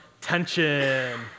Tension